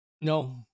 No